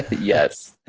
yes.